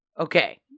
Okay